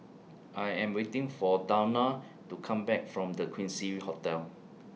I Am waiting For Dawna to Come Back from The Quincy Hotel